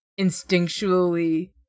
instinctually